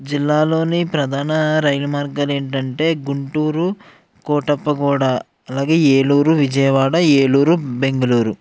జిల్లాలోని ప్రధాన రైలు మార్గాలు ఏంటంటే గుంటూరు కోటప్పగోడ అలాగే ఏలూరు విజయవాడ ఏలూరు బెంగళూరు